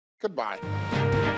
Goodbye